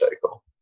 cycle